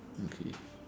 okay